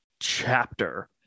chapter